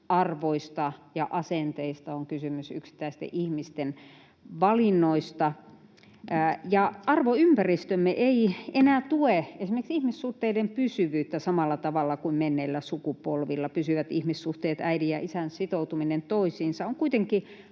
arvoista ja asenteista, on kysymys yksittäisten ihmisten valinnoista, ja arvoympäristömme ei enää tue esimerkiksi ihmissuhteiden pysyvyyttä samalla tavalla kuin menneillä sukupolvilla. Pysyvät ihmissuhteet, äidin ja isän sitoutuminen toisiinsa, on kuitenkin